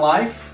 Life